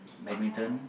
badminton